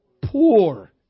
poor